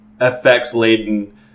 effects-laden